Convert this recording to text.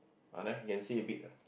ah there can see a bit ah